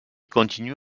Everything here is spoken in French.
continue